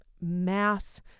Mass